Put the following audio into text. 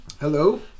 Hello